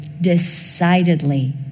decidedly